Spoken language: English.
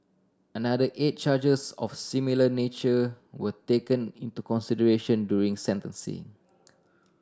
another eight charges of similar nature were taken into consideration during sentencing